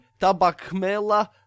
tabakmela